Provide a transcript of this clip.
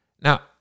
now